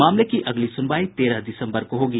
मामले की अगली सुनवाई तेरह दिसम्बर को होगी